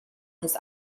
his